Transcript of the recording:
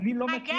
אני לא מכיר,